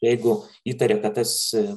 jeigu įtaria kad tas